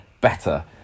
better